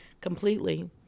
completely